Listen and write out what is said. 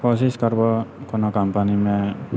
कोशिश करबौ कोनो कम्पनीमे